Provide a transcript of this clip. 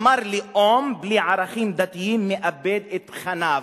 אמר: לאום בלי ערכים דתיים מאבד את תכניו.